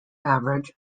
average